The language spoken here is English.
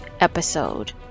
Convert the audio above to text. episode